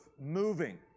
moving